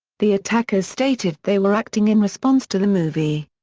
the attackers stated they were acting in response to the movie.